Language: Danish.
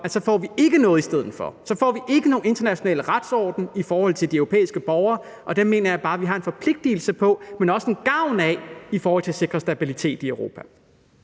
at så får vi ikke noget i stedet for, så får vi ikke nogen international retsorden for de europæiske borgere, og det mener jeg bare vi har en forpligtigelse på, men også en gavn af, i forhold til at sikre stabilitet i Europa.